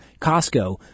Costco